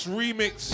remix